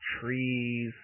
trees